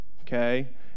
okay